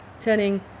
turning